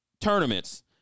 tournaments